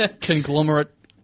Conglomerate